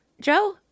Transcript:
Joe